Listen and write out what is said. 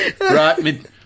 Right